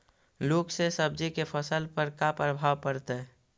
लुक से सब्जी के फसल पर का परभाव पड़तै?